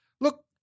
Look